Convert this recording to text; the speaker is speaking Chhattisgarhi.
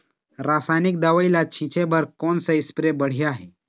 रासायनिक दवई ला छिचे बर कोन से स्प्रे बढ़िया हे?